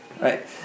Right